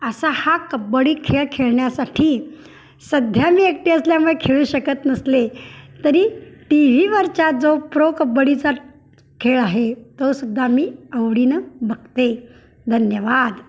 असा हा कब्बडी खेळ खेळण्यासाठी सध्या मी एकटी असल्यामुळे खेळू शकत नसले तरी टी व्हीवरच्या जो प्रो कब्बडीचा खेळ आहे तो सुुद्धा मी आवडीनं बघते धन्यवाद